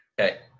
Okay